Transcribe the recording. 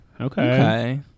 Okay